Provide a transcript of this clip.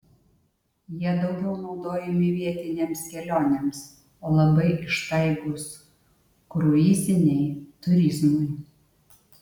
jie daugiau naudojami vietinėms kelionėms o labai ištaigūs kruiziniai turizmui